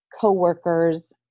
co-workers